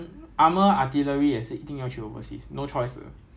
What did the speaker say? you drive and fire at the same time right you bound to hit a lot of things